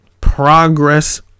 Progress